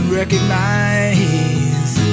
recognize